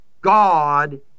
God